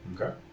Okay